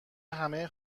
همه